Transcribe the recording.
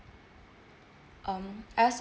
um I also